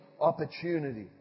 opportunity